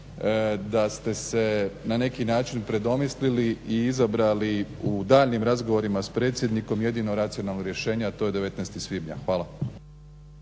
da ste se na neki način predomislili i izabrali u daljnjim razgovorima s predsjednikom jedino racionalno rješenje, a to je 19. svibnja. Hvala.